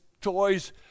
toys